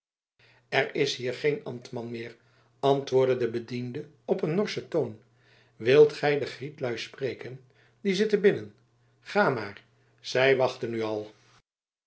er is hier geen ambtman meer antwoordde de bediende op een norschen toon wilt gij de grietlui spreken die zitten binnen ga maar zij wachten u al